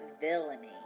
villainy